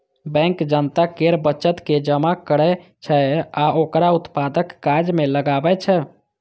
bank जनता केर बचत के जमा करै छै आ ओकरा उत्पादक काज मे लगबै छै